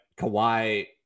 Kawhi